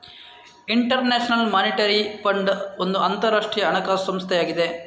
inter national monetary fund ಒಂದು ಅಂತರಾಷ್ಟ್ರೀಯ ಹಣಕಾಸು ಸಂಸ್ಥೆಯಾಗಿದೆ